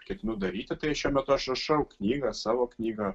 ketinu daryti tai šiuo metu aš rašau knygą savo knygą